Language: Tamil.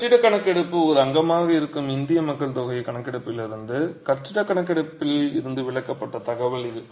கட்டிடக் கணக்கெடுப்பு ஒரு அங்கமாக இருக்கும் இந்திய மக்கள் தொகைக் கணக்கெடுப்பிலிருந்து கட்டிடக் கணக்கெடுப்பில் இருந்து விலக்கப்பட்ட தகவல் இது